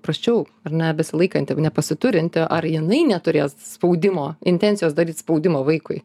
prasčiau ar ne besilaikanti nepasiturinti ar jinai neturės spaudimo intencijos daryt spaudimą vaikui